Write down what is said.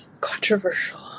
Controversial